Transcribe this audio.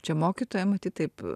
čia mokytoja matyt taip